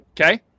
Okay